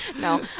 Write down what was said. no